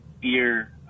fear